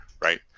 right